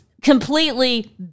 completely